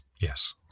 Yes